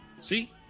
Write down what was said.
See